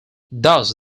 thus